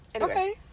Okay